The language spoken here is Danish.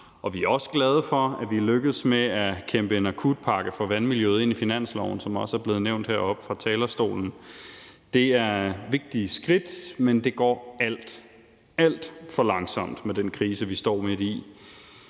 vi er også glade for, at vi er lykkedes med at kæmpe en akutpakke for vandmiljøet ind i finansloven, som det også er blevet nævnt her oppe på talerstolen. Det er vigtige skridt, men det går alt, alt for langsomt i forhold til den krise, vi står midt i.